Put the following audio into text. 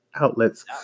outlets